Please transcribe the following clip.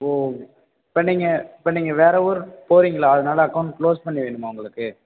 ஓ இப்போ நீங்கள் இப்போ நீங்கள் வேறு ஊர் போறிங்களா அதனால் அக்கௌன்ட் கிளோஸ் பண்ணி வேணுமா உங்களுக்கு